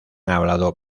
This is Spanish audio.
hablado